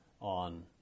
on